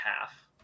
half